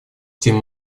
тем